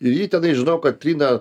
ir ji tenais žinau kad trina